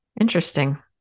Interesting